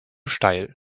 steil